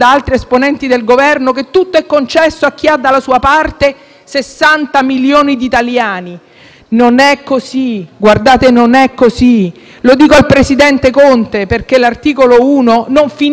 Non è così, non è così. Lo dico al presidente Conte, perché l'articolo 1 non finisce a quella frase, e lui da giurista lo dovrebbe sapere. L'articolo 1 dice che la sovranità